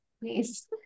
please